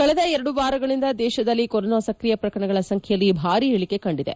ಕಳೆದ ಎರಡು ವಾರಗಳಿಂದ ದೇಶದಲ್ಲಿ ಕೊರೊನಾ ಸಕ್ರಿಯ ಪ್ರಕರಣಗಳ ಸಂಖ್ವೆಯಲ್ಲಿ ಭಾರೀ ಇಳಿಕೆ ಕಂಡಿದೆ